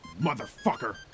motherfucker